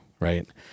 right